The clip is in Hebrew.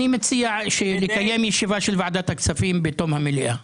אני מציע לקיים ישיבה של ועדת הכספים בתום המליאה.